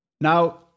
Now